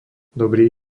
dobrý